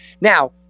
Now